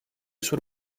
soit